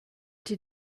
did